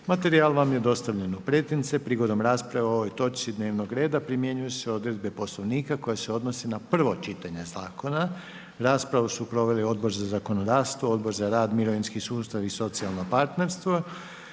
stranici Hrvatskog sabora. Prigodom rasprave o ovoj točci dnevnog reda primjenjuju se odredbe Poslovnika koje se odnose na prvo čitanje zakona. Raspravu su proveli Odbor za zakonodavstvo i Odbor za pomorstvo, promet